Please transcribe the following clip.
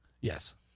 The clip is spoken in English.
Yes